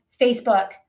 facebook